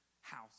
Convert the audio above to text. house